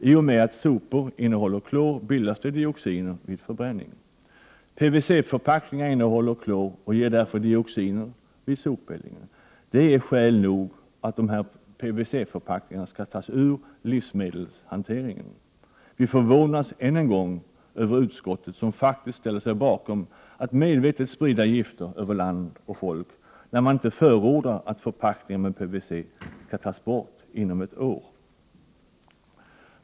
I och med att sopor innehåller klor bildas dioxiner vid förbränningen. PVC-förpackningar innehåller klor och ger därför dioxiner vid sopeldning. Det är skäl nog för att PVC-förpackningarna skall tas ut ur livsmedelshanteringen. Vi förvånas än en gång över att utskottet, som faktiskt ställer sig bakom ett medvetet spridande av gifter över land och folk, inte förordar att förpackningar som innehåller PVC skall tas bort inom ett år.